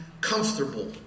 comfortable